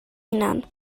hunan